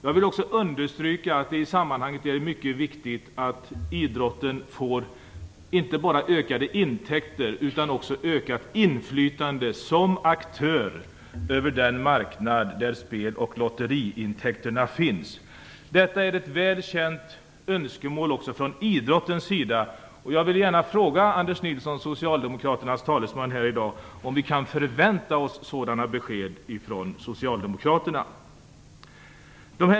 Jag vill också understryka att det i sammanhanget är mycket viktigt att idrotten får inte bara ökade intäkter utan också ökat inflytande som aktör på den marknad där spel och lotteriintäkterna finns. Detta är ett välkänt önskemål också från idrottens sida. Jag vill gärna fråga Anders Nilsson, socialdemokraternas talesman här i dag, om vi kan förvänta oss sådana besked från socialdemokraterna.